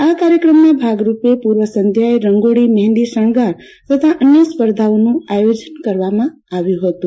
આ કાર્યક્રમના ભાગ રૂપે પૂર્વ સંધ્યાએ રંગોળી મહેંદી શણગાર તથા અન્ય સ્પર્ધાઓનું આયોજન કરવામાં આવ્યું હતું